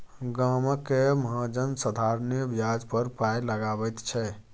गामक महाजन साधारणे ब्याज पर पाय लगाबैत छै